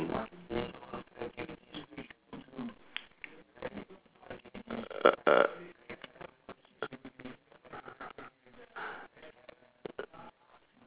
err